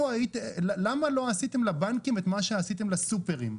לא עשיתם לבנקים את מה שעשיתם לסופרים,